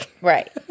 Right